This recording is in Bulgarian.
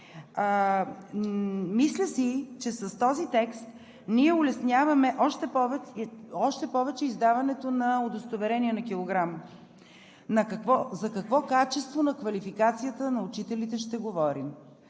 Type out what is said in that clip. Мисля си, че с този текст ние улесняваме още повече издаването на удостоверения на килограм. За какво качество на квалификацията на учителите ще говорим?!